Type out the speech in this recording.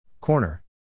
Corner